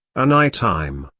an i-time,